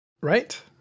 right